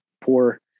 poor